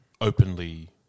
openly